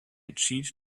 cheat